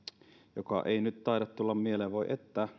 joka ei nyt taida tulla mieleen voi että